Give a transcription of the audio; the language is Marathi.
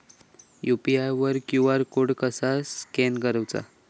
यू.पी.आय वर क्यू.आर कोड कसा स्कॅन करूचा?